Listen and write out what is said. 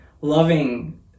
loving